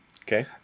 Okay